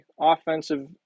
Offensive